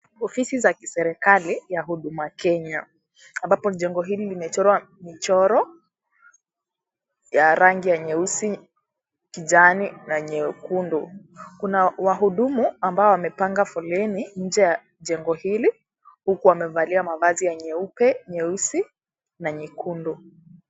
Ofisi za kiserekali, ya Huduma Kenya, ambapo jengo hili kimechorwa mchoro, ya rangi ya nyeusi, kijani, na nyekundu, kuna, wahudumu, ambao wamepanga foleni, nje ya jengo hili, huku wamevalia mavazi ya, nyeupe, nyeusi, na nyekundu.